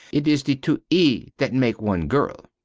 it is the two e that make one girl.